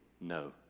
No